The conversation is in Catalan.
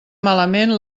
malament